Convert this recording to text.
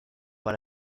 par